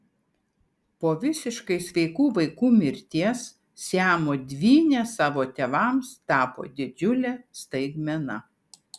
po visiškai sveikų vaikų mirties siamo dvynės savo tėvams tapo didžiule staigmena